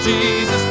Jesus